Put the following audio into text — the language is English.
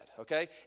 okay